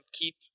keep